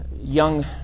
young